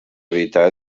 evitar